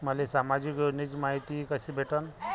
मले सामाजिक योजनेची मायती कशी भेटन?